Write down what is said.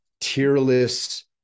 tearless